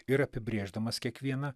ir apibrėždamas kiekvieną